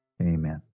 amen